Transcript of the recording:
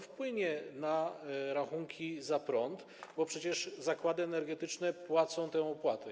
Wpłynie to na rachunki za prąd, bo przecież zakłady energetyczne płacą tę opłatę.